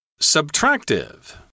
Subtractive